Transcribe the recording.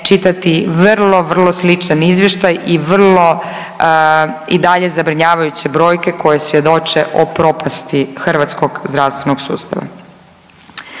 čitati vrlo, vrlo sličan izvještaj i vrlo i dalje zabrinjavajuće brojke koje svjedoče o propasti hrvatskog zdravstvenog sustava.